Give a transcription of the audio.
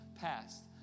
past